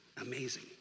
amazing